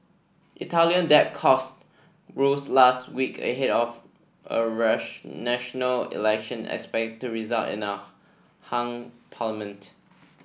Italian debt costs rose last week ahead of a national election expected to result in a hung